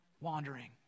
wandering